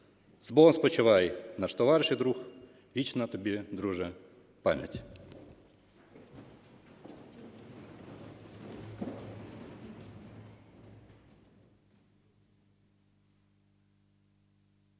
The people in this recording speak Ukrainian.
С Богом спочивай, наш товариш і друг. Вічна тобі, друже, пам'ять.